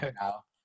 now